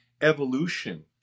evolution